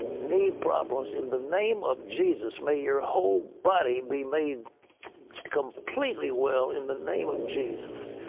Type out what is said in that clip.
knee problems in the name of jesus, may your ah whole body be made completely well in the name of jesus.